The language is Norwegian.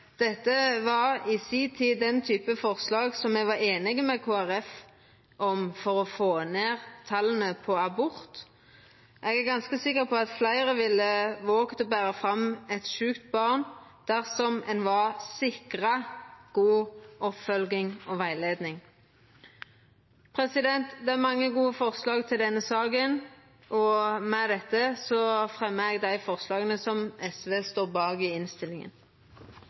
i si tid var den type forslag som me var einige med Kristeleg Folkeparti om, for å få ned talet på abortar. Eg er ganske sikker på at fleire ville ha våga å bera fram eit sjukt barn dersom ein var sikra god oppfølging og rettleiing. Det er mange gode forslag i denne saka. Med dette tek eg opp dei forslaga som SV står åleine bak i innstillinga.